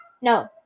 no